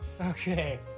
Okay